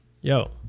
Yo